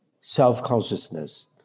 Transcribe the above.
self-consciousness